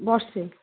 ବର୍ଷେ